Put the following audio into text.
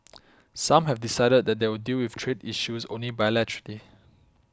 some have decided that they will deal with trade issues only bilaterally